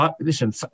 Listen